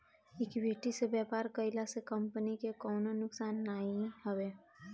equity से व्यापार कईला से कंपनी के कवनो नुकसान नाइ हवे